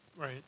Right